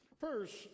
First